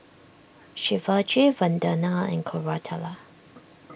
Shivaji Vandana and Koratala